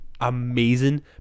Amazing